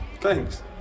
Thanks